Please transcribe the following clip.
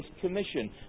commission